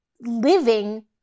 living